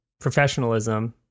professionalism